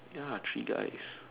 ya three guys